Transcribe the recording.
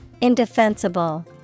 indefensible